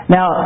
Now